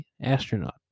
astronaut